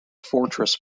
fortress